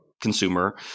consumer